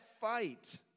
fight